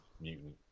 mutant